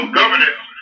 governance